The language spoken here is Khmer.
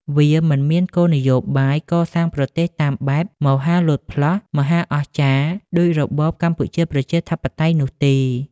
វាមិនមានគោលនយោបាយកសាងប្រទេសតាមបែប "មហាលោតផ្លោះ មហាអស្ចារ្យ" ដូចរបបកម្ពុជាប្រជាធិបតេយ្យនោះទេ។